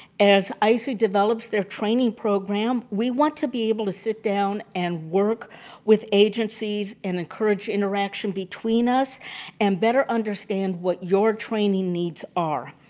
as isoo develops their training program, we want to be able to sit down and work with agencies and encourage interaction between us and better understand what your training needs are.